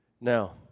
Now